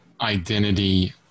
identity